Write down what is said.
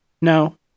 No